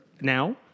now